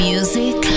Music